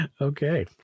Okay